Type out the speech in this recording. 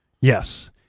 Yes